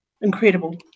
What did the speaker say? incredible